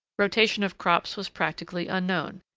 rotation of crops was practically unknown.